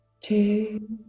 Two